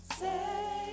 say